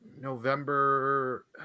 November